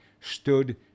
stood